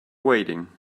waiting